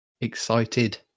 Excited